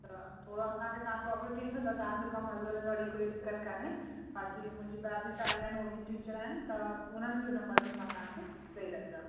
त थोरो असांखे तव्हां प्रोफ़िट ॾींदव त तव्हां जो कमु हलंदो रहंदो अहिड़ी कोई दिक़त कोन्हे बाकी मुंहिंजी ॿा ॿी साहेड़ी आहिनि हू बि टीचर आहिनि त उन्हनि जो नम्बर बि मां तव्हां खे ॾई रखंदमि